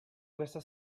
questa